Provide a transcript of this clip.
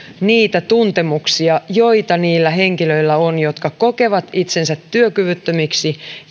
niitä tuntemuksia joita niillä henkilöillä on jotka kokevat itsensä työkyvyttömiksi